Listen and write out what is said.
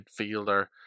midfielder